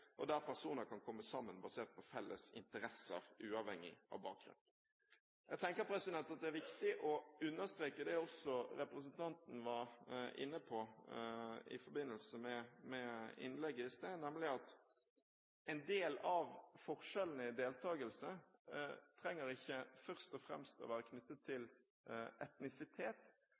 og der personer kan komme sammen basert på felles interesser uavhengig av bakgrunn. Jeg tenker at det er viktig å understreke det også representanten var inne på i forbindelse med innlegget i sted, nemlig at en del av forskjellene i deltakelse trenger ikke først og fremst å være knyttet til etnisitet,